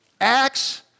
Acts